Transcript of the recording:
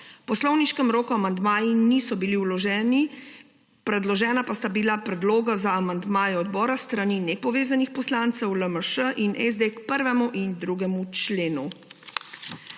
poslovniškem roku amandmaji niso bili vloženi, predložena pa sta bila predloga za amandmaje odbora s strani nepovezanih poslancev, LMŠ in SD k 1. in 2. členu.